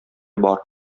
бар